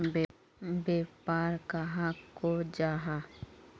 व्यापार कहाक को जाहा?